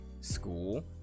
school